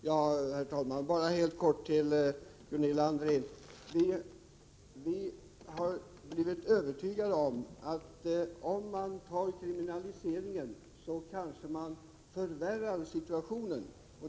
Herr talman! Bara helt kort till Gunilla André: Vi har blivit övertygade om att situationen kanske förvärras om man tar till kriminalisering.